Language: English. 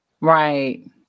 Right